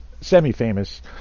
semi-famous